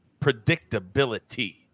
predictability